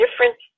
different